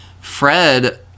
Fred